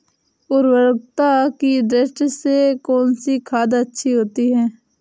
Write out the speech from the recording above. उर्वरकता की दृष्टि से कौनसी खाद अच्छी होती है?